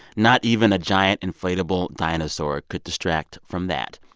not even a giant, inflatable dinosaur could distract from that.